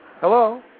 Hello